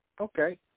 Okay